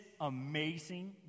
amazing